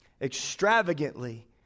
extravagantly